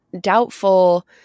doubtful